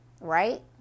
Right